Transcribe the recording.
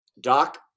Doc